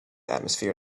atmosphere